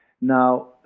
Now